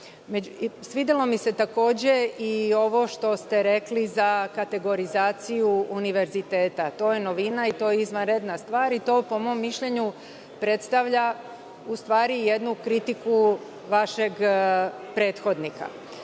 vidim. Svidelo mi se takođe i ovo što ste rekli za kategorizaciju univerziteta. To je novina i to je izvanredna stvar. To, po mom mišljenju, predstavlja u stvari jednu kritiku vašeg prethodnika.Međutim,